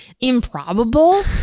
improbable